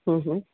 ਹਮ ਹਮ